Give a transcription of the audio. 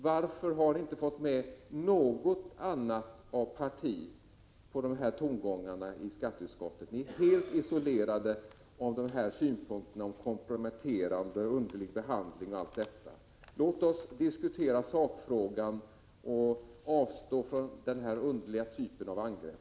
Varför har ni inte fått med något annat parti i skatteutskottet på de här tongångarna? Ni är helt isolerade i era synpunkter när det gäller att något är komprometterande, att det varit en underlig behandling och allt detta. Låt oss diskutera sakfrågan och avstå från den här typen av angrepp!